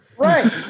Right